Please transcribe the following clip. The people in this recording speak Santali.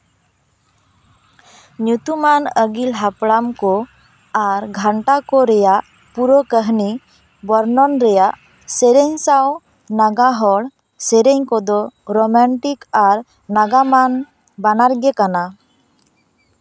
ᱧᱩᱛᱩᱢᱟᱱ ᱟᱹᱜᱤᱞ ᱦᱟᱯᱲᱟᱢ ᱠᱚ ᱟᱨ ᱜᱷᱟᱱᱴᱟ ᱠᱚ ᱨᱮᱭᱟᱜ ᱯᱩᱨᱟᱹᱣ ᱠᱟᱹᱦᱱᱤ ᱵᱚᱨᱱᱚᱱ ᱨᱮᱭᱟᱜ ᱥᱮᱨᱮᱧ ᱥᱟᱶ ᱱᱟᱜᱟ ᱦᱚᱲ ᱥᱮᱨᱮᱧ ᱠᱚᱫᱚ ᱨᱳᱢᱟᱱᱴᱤᱠ ᱟᱨ ᱱᱟᱜᱟᱢᱟᱱ ᱵᱟᱱᱟᱨ ᱜᱮ ᱠᱟᱱᱟ